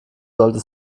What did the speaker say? sollte